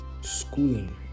schooling